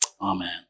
amen